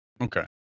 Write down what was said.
okay